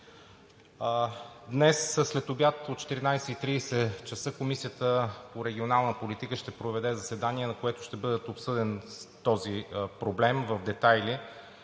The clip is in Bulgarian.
Днес следобед от 14,30 часа Комисията по регионална политика ще проведе заседание, на което ще бъде обсъден този проблем в детайли,